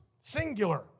singular